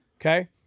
Okay